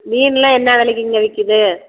மீன் எல்லாம் என்ன விலைக்குங்க விக்குது